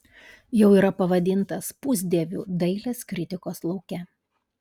jau yra pavadintas pusdieviu dailės kritikos lauke